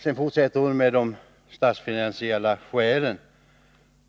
Sedan tog Gunilla André upp de statsfinansiella skälen